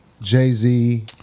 Jay-Z